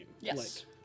Yes